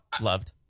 loved